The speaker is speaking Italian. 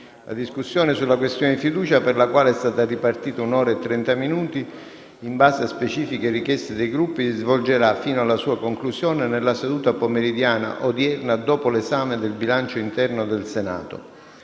La discussione sulla questione di fiducia, per la quale è stata ripartita un'ora e 30 minuti, in base a specifiche richieste dei Gruppi, si svolgerà, fino alla sua conclusione, nella seduta pomeridiana odierna, con inizio alla ore 16, dopo l'esame del bilancio interno del Senato.